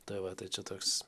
tai va tai čia toks